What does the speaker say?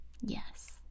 Yes